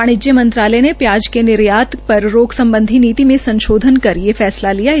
वाणिज्य मंत्रालय ने प्याज की निर्यात पर रोक सम्बधी नीति में संशोधन कर ये फैसला किया है